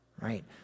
right